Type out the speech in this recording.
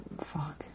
fuck